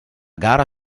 gara